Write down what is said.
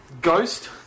Ghost